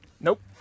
Nope